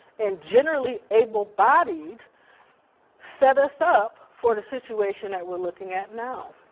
and generally able-bodied set us up for the situation that we're looking at now.